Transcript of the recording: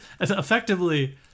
effectively